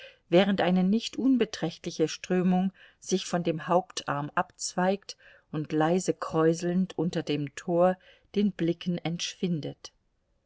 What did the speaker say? während eine nicht unbeträchtliche strömung sich von dem hauptarm abzweigt und leise kräuselnd unter dem tor den blicken entschwindet